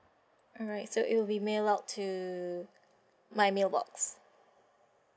alright so it will be mail out to my mailbox